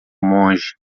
monge